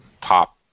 pop